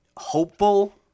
hopeful